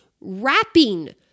wrapping